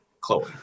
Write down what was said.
Chloe